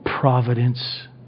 providence